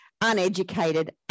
uneducated